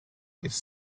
its